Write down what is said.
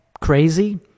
crazy